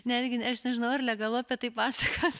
netgi aš nežinau ar legalu apie tai pasakot